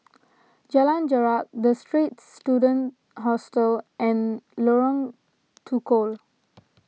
Jalan Jarak the Straits Students Hostel and Lorong Tukol